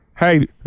Hey